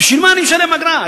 בשביל מה אני משלם אגרה?